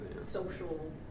social